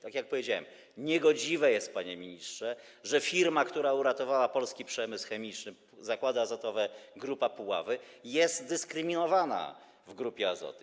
Tak jak powiedziałem, niegodziwe jest, panie ministrze, że firma, która uratowała polski przemysł chemiczny, Zakłady Azotowe Puławy, jest dyskryminowana w Grupie Azoty.